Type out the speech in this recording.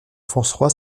françois